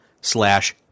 slash